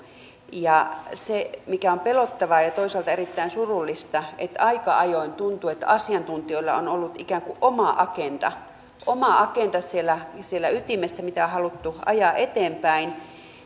se mikä on pelottavaa ja ja toisaalta erittäin surullista on että aika ajoin tuntuu että asiantuntijoilla on ollut ikään kuin oma agenda siellä siellä ytimessä mitä on haluttu ajaa eteenpäin